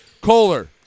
Kohler